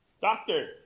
Doctor